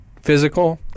physical